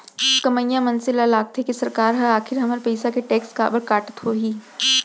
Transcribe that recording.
कमइया मनसे ल लागथे के सरकार ह आखिर हमर पइसा के टेक्स काबर काटत होही